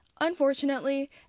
Unfortunately